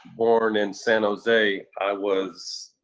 born in san jose, i was,